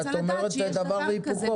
את אומרת דבר והיפוכו,